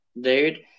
dude